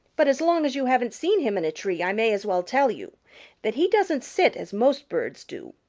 but as long as you haven't seen him in a tree i may as well tell you that he doesn't sit as most birds do.